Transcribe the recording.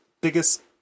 biggest